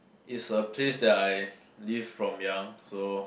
is a place that I lived from young so